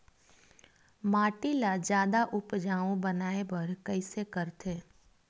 माटी ला जादा उपजाऊ बनाय बर कइसे करथे?